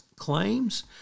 claims